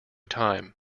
time